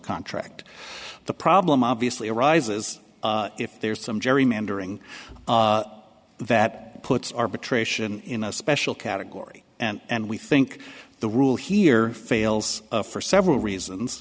contract the problem obviously arises if there's some gerrymandering that puts arbitration in a special category and we think the rule here fails for several reasons